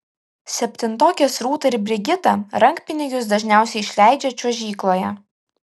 septintokės rūta ir brigita rankpinigius dažniausiai išleidžia čiuožykloje